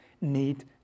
need